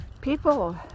People